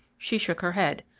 she shook her head.